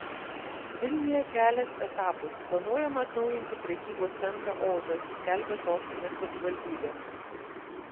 vilniuje kelias etapais planuojama atnaujinti prekybos centrą ozas skelbia sostinės savivaldybė